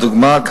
לדוגמה,